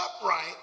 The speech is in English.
upright